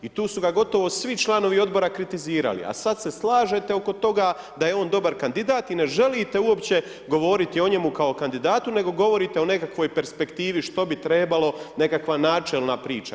I tu su ga gotovo svi članovi Odbora kritizirali, a sada se slažete oko toga da je on dobar kandidat i ne želite uopće govoriti o njemu kao kandidatu, nego govorite o nekakvoj perspektivi što bi trebalo, nekakva načelna priča.